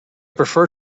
prefer